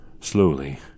slowly